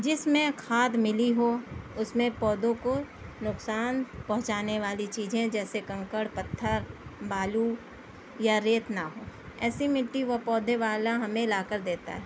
جس میں کھاد ملی ہو اُس میں پودوں کو نقصان پہنچانے والی چیزیں جیسے کنکڑ پتھر بالو یا ریت نہ ہو ایسی مٹی وہ پودے والا ہمیں لاکر دیتا ہے